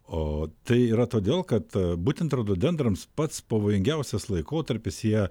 o tai yra todėl kad būtent rododendrams pats pavojingiausias laikotarpis jie